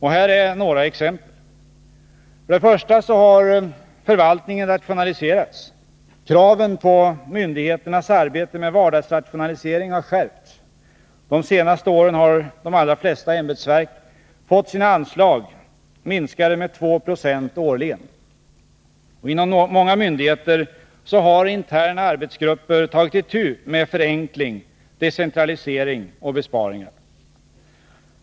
Här är några exempel: För det första har förvaltningen rationaliserats. Kraven på myndigheternas arbete med vardagsrationalisering har skärpts. De senaste åren har de allra flesta ämbetsverk fått sina anslag minskade med 2 4 årligen. Inom många myndigheter har interna arbetsgrupper tagit itu med förenkling, decentralisering och besparingar.